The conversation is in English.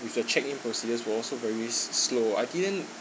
with the check in procedures was also very slow I didn't